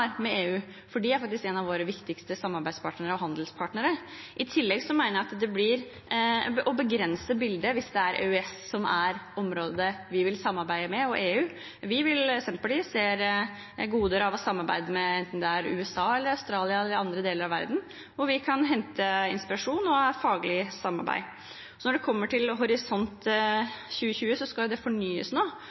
er faktisk en av våre viktigste samarbeidspartnere og handelspartnere. I tillegg mener jeg det blir å begrense bildet hvis det er EØS og EU som er området vi vil samarbeide med. Senterpartiet ser goder i å samarbeide med USA, Australia eller andre deler av verden hvor vi kan hente inspirasjon og faglig samarbeid. Når det kommer til Horisont 2020, skal det fornyes nå. Noen av